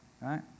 right